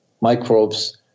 microbes